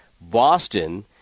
Boston